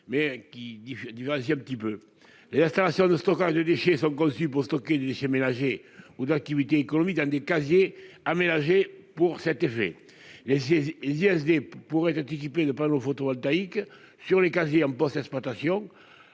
mais qui dit j'dit vas-y un petit peu les installations de stockage de déchets sont conçus pour stocker des déchets ménagers ou d'activité économique dans des casiers aménagé pour sa TV et j'ai des pourraient être équipé de panneaux photovoltaïques sur les casiers, on pense exploitation,